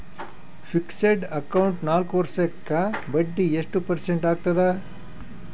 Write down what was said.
Fixed account ನಾಲ್ಕು ವರ್ಷಕ್ಕ ಬಡ್ಡಿ ಎಷ್ಟು ಪರ್ಸೆಂಟ್ ಆಗ್ತದ?